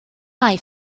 mai